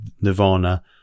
Nirvana